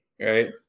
right